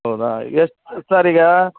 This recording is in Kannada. ಹೌದಾ ಎಷ್ಟು ಸರ್ ಈಗ